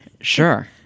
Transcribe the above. Sure